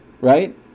right